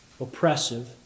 oppressive